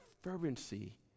fervency